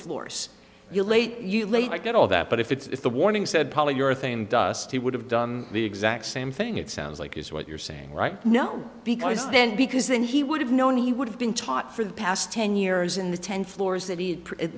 floors you late you're late i get all that but if it's the warning said polyurethane dust he would have done the exact same thing it sounds like is what you're saying right now because then because then he would have known he would have been taught for the past ten years in the ten floor